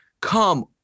Come